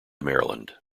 maryland